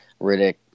Riddick